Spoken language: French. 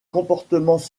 comportements